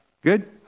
good